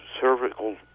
cervical